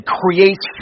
creates